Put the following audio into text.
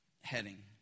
heading